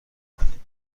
کنید